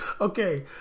Okay